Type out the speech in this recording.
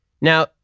Now